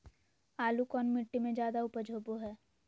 आलू कौन मिट्टी में जादा ऊपज होबो हाय?